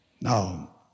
Now